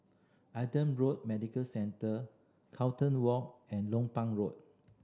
Adam Road Medical Centre Carlton Walk and Lompang Road